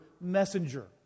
messenger